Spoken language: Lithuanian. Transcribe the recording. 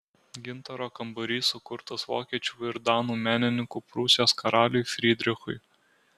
gintaro kambarys sukurtas vokiečių ir danų menininkų prūsijos karaliui frydrichui